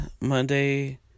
Monday